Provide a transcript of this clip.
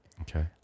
Okay